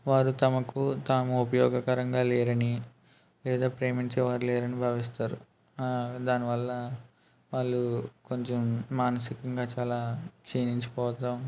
వారు తమకు తాము ఉపయోగకరంగా లేరనీ లేదా ప్రేమించేవారు లేరని భావిస్తారు దానివల్ల వాళ్ళు కొంచెం మానసికంగా చాలా క్షిణించిపోవటం